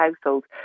households